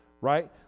Right